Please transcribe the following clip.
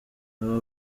aha